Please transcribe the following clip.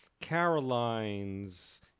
Caroline's